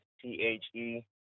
t-h-e